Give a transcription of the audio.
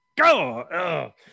go